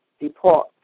depart